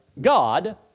God